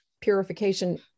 purification